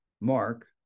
Mark